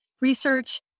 research